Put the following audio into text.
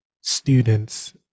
students